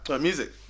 Music